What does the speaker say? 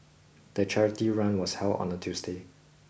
the charity run was held on a Tuesday